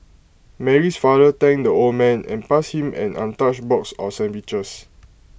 Mary's father thanked the old man and passed him an untouched box of sandwiches